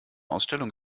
ausstellung